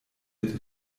mit